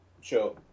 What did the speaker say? Sure